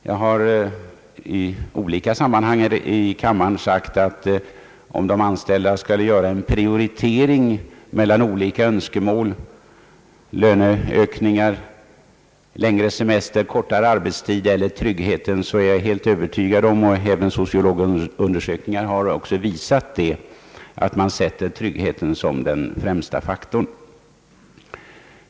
Jag har i olika sammanhang i kammaren sagt att om de anställda skall göra en prioritering mellan olika önskemål — löneökningar, längre semester, kortare arbetstid och tryggheten — är jag helt övertygad om att man sätter tryggheten som den främsta faktorn, något som även sociologiska undersökningar har visat.